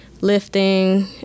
lifting